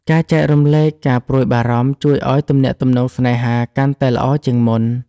ការចែករំលែកការព្រួយបារម្ភជួយឲ្យទំនាក់ទំនងស្នេហាកាន់តែល្អជាងមុន។